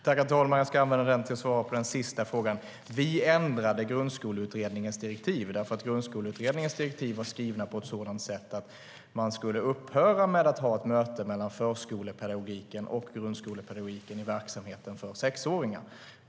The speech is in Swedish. Herr talman! Jag ska använda min slutreplik till att svara på den sista frågan. Vi ändrade Grundskoleutredningens direktiv därför att de var skrivna på ett sådant sätt att man skulle upphöra med att ha ett möte mellan förskolepedagogiken och grundskolepedagogiken i verksamheten för sexåringar.